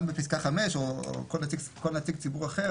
גם בפסקה 5 או כל נציג ציבור אחר,